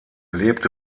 lebte